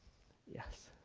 yes?